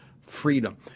Freedom